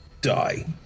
die